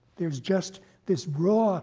there's just this raw